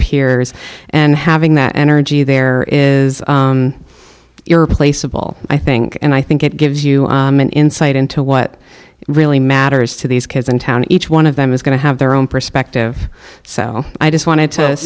peers and having that energy there is irreplaceable i think and i think it gives you an insight into what really matters to these kids in town each one of them is going to have their own perspective so i just wanted to